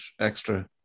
extra